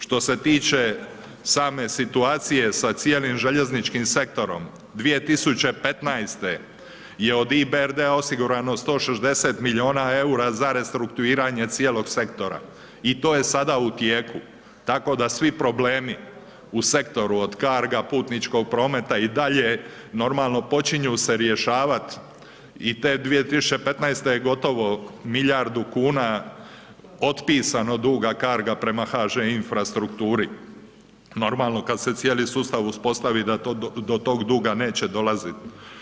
Što se tiče same situacije sa cijelim željezničkim sektorom, 2015. je od IBRD-a osigurano 160 milijuna EUR-a za restrukturiranje cijelog sektora, i to je sada u tijeku, tako da svi problemi u sektoru od carga, putničkog prometa i dalje, normalno počinju se rješavat, i te 2015. je gotovo milijardu kuna otpisano duga carga prema HŽ infrastrukturi, normalno kad se cijeli sustav uspostavi da do tog duga neće dolazit.